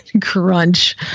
crunch